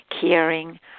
caring